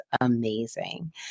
amazing